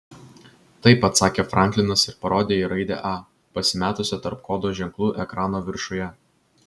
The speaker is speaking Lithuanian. taip atsakė franklinas ir parodė į raidę a pasimetusią tarp kodo ženklų ekrano viršuje